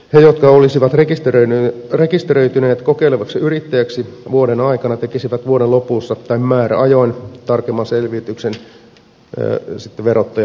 he jotka olisivat rekisteröityneet kokeilevaksi yrittäjäksi vuoden aikana tekisivät vuoden lopussa tai määräajoin tarkemman selvityksen verottajalle tuloistaan